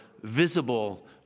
visible